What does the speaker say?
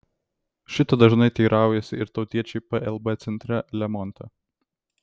šito dažnai teiraujasi ir tautiečiai plb centre lemonte